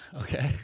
Okay